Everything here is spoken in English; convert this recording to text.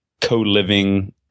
co-living